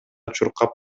чуркап